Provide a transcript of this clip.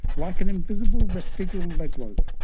like an invisible vestigial leg rope,